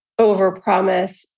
overpromise